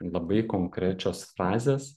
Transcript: labai konkrečios frazės